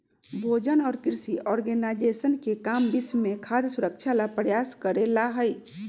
भोजन और कृषि ऑर्गेनाइजेशन के काम विश्व में खाद्य सुरक्षा ला प्रयास करे ला हई